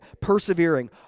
persevering